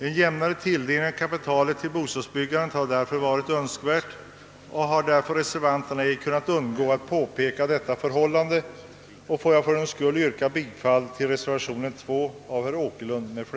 En jämnare tilldelning av kapitalet till bostadsbyggandet hade därför varit önskvärd, och reservanterna har därför ej kunnat undgå att påpeka detta förhållande, Jag får fördenskull yrka bifall till reservation nr 2 av herr Åkerlund m., fl.